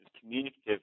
communicative